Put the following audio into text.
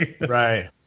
right